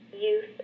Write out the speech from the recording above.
youth